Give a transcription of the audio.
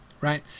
right